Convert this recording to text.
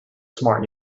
smart